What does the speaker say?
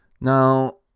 Now